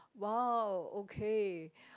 !wow! okay